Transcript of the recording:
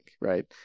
Right